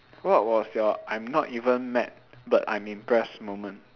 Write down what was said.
what was your I'm not even mad but I'm impressed moment